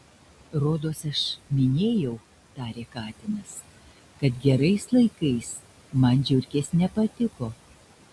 rodos aš minėjau tarė katinas kad gerais laikais man žiurkės nepatiko